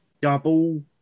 double